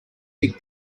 big